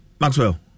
Maxwell